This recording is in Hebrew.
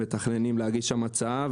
מתכננים להגיש שם הצעה.